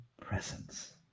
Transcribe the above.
presence